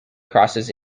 crosses